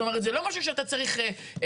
זאת אומרת, זה לא משהו שאתה צריך ללמוד.